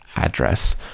address